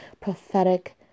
prophetic